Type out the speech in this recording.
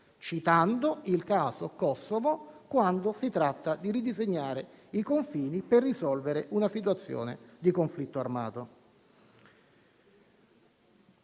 citando il caso Kosovo quando si tratta di ridisegnare i confini per risolvere una situazione di conflitto armato.